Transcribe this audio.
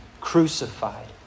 crucified